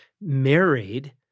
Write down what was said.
married